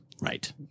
Right